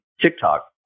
TikTok